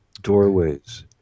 doorways